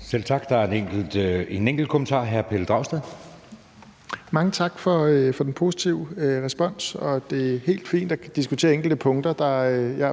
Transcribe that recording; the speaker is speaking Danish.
Selv tak. Der er en enkelt kommentar fra hr. Pelle Dragsted. Kl. 16:05 Pelle Dragsted (EL): Mange tak for den positive respons. Det er helt fint at diskutere enkelte punkter.